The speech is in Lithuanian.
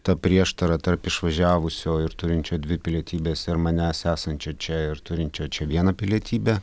ta prieštara tarp išvažiavusio ir turinčio dvi pilietybes ir manęs esančio čia ir turinčio čia vieną pilietybę